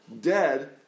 dead